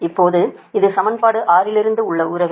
இப்போது இது சமன்பாடு 6 இலிருந்து உள்ள உறவு